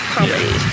Comedy